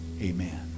Amen